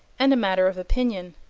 and a matter of opinion.